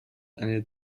eine